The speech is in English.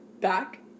back